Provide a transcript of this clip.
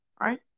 Right